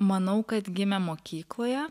manau kad gimė mokykloje